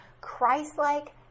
Christ-like